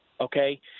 Okay